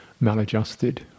maladjusted